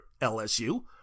LSU